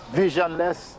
visionless